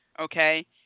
okay